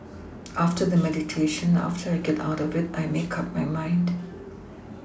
after the meditation after I get out of it I make up my mind